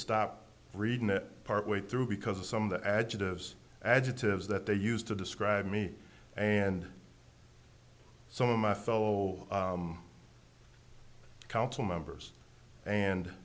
stop reading it partway through because of some of the adjectives adjectives that they used to describe me and some of my fellow council members and